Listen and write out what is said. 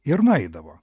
ir nueidavo